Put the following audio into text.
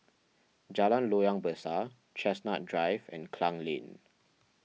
Jalan Loyang Besar Chestnut Drive and Klang Lane